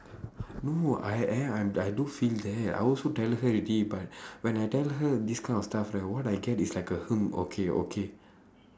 no I am I I do feel that I also tell her already but when I tell her this kind of stuff right what I get is like a hmm okay okay